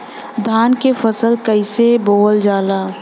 धान क फसल कईसे बोवल जाला?